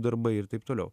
darbai ir taip toliau